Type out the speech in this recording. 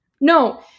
No